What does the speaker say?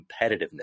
competitiveness